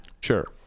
Sure